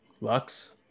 Lux